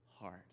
heart